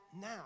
now